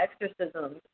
exorcisms